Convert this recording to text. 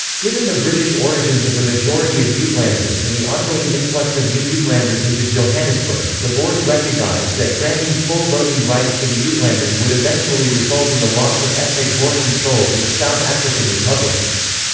given the british origins of the majority of yeah uitlanders and the ongoing influx of new yeah uitlanders into johannesburg, the boers recognised that granting full voting rights to the yeah uitlanders would eventually result in the loss of ethnic boer control in the south african republic.